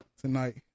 tonight